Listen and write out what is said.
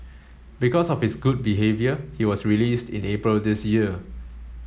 because of his good behaviour he was released in April this year